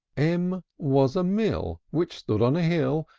m was a mill which stood on a hill,